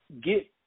get